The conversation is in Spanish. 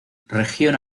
región